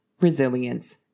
Resilience